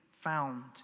found